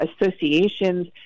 associations